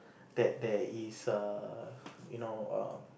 that there is err you know err